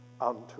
unto